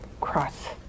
cross